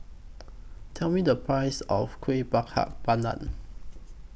Tell Me The Price of Kuih Bakar Pandan